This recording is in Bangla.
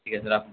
ঠিক আছে রাখুন